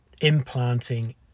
implanting